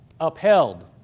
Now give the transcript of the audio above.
Upheld